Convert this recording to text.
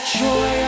joy